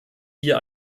hier